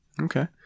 Okay